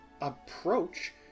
approach